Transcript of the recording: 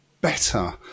better